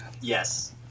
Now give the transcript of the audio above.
yes